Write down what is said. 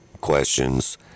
questions